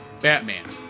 Batman